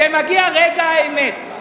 כשמגיע רגע האמת,